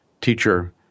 teacher